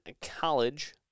College